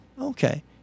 Okay